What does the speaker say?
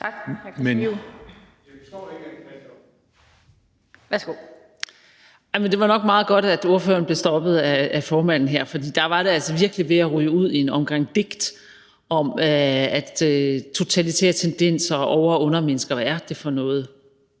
det var nok meget godt, at spørgeren blev stoppet af formanden her, for der var det altså virkelig ved at ryge ud i en omgang digt om totalitære tendenser og over- og undermennesker – hvad er det for noget